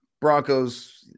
Broncos